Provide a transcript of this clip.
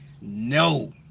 No